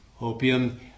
Opium